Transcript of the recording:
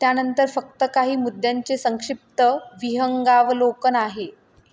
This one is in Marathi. त्यानंतर फक्त काही मुद्द्यांचे संक्षिप्त विहंगावलोकन आहे